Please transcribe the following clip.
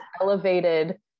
elevated